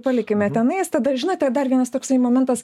palikime tenais tada žinote dar vienas toksai momentas